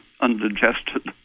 undigested